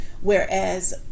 whereas